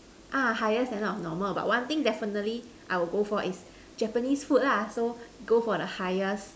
ah higher standard of normal but one thing definitely I would go for is Japanese food lah so go for the highest